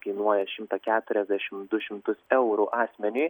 kainuoja šimtą keturiasdešim du šimtus eurų asmeniui